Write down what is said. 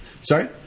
sorry